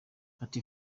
ati